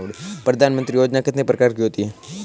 प्रधानमंत्री योजना कितने प्रकार की होती है?